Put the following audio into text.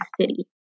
city